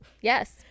Yes